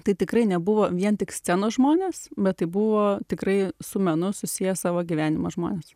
tai tikrai nebuvo vien tik scenos žmonės bet tai buvo tikrai su menu susiję savo gyvenimą žmonės